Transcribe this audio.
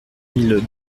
mille